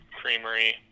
creamery